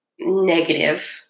negative